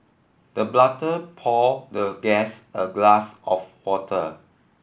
the pour the guest a glass of water